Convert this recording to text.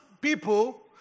people